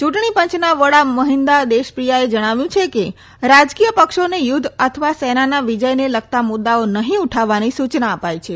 ચુંટણી પંચના વડા મહિન્દા દેશપ્રિયા એ જણાવ્યું છે કે રાજકીય પક્ષોને યુધ્ધ અથવા સેનાના વિજયને લગતા મુદ્દાઓ નફી ઉઠાવવાની સુચના અપાઇ છે